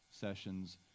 sessions